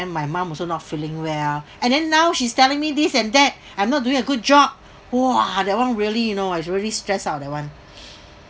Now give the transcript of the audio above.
and my mom also not feeling well and then now she's telling me this and that I'm not doing a good job !wah! that one really you know it's really stressed out ah that one